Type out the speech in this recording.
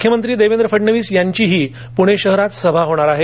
मुख्यमंत्री देवेंद्र फडणवीस यांचीही पुणे शहरात सभा होणार आहे